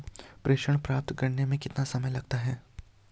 प्रेषण प्राप्त करने में कितना समय लगता है?